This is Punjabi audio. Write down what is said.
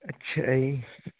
ਅੱਛਾ ਜੀ